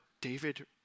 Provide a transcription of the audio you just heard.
David